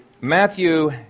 Matthew